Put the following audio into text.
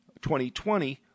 2020